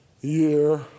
year